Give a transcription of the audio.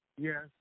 yes